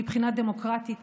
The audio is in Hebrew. מבחינה דמוקרטית,